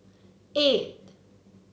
eight